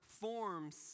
forms